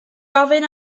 gofyn